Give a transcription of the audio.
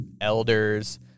elders